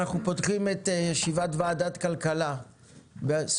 אנחנו פותחים את ישיבת ועדת כלכלה בסוגיה